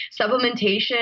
Supplementation